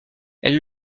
elle